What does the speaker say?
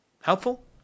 Helpful